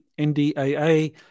NDAA